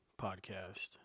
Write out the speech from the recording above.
podcast